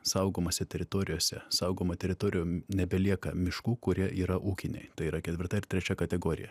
saugomose teritorijose saugoma teritorijom nebelieka miškų kurie yra ūkiniai tai yra ketvirta ir trečia kategorija